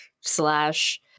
slash